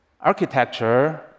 Architecture